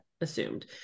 assumed